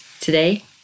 today